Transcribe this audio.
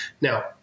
Now